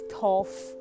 tough